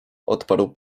odparł